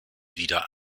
wieder